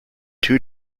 two